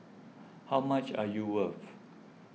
how much are you worth